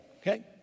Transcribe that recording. okay